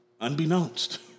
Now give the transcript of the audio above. Unbeknownst